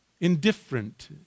Indifferent